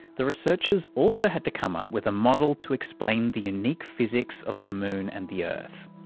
the researchers also had to come up with a model to explain the unique physics of the moon and the earth.